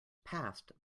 past